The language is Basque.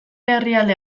herrialde